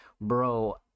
Bro